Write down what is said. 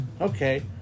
Okay